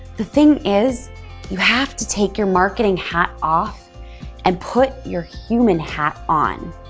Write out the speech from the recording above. the thing is you have to take your marketing hat off and put your human hat on.